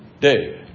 Dave